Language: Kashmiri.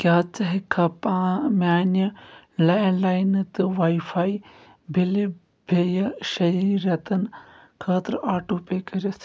کیٛاہ ژٕ ہٮ۪کہٕ پا میانہِ لینٛڈ لایِن تہٕ وای فای بِلہٕ بییٚہِ شیے رٮ۪تن خٲطرٕ آٹو پے کٔرِتھ